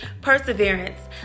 perseverance